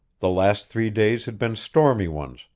the last three days had been stormy ones,